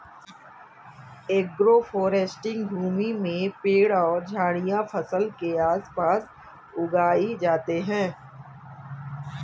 agroforestry भूमि में पेड़ और झाड़ियाँ फसल के आस पास उगाई जाते है